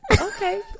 Okay